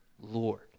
Lord